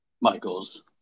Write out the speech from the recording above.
Michaels